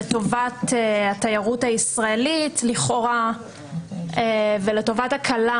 לטובת התיירות הישראלית ולטובת הקלה